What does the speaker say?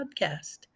Podcast